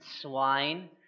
swine